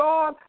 God